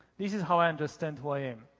this is how i understand who i am.